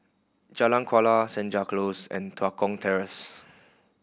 Jalan Kuala Senja Close and Tua Kong Terrace